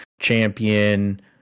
champion